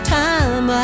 time